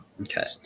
Okay